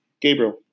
Gabriel